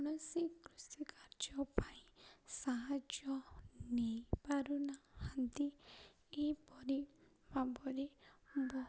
କୌଣସି କୃଷି କାର୍ଯ୍ୟ ପାଇଁ ସାହାଯ୍ୟ ନେଇପାରୁନାହାନ୍ତି ଏହିପରି ଭାବରେ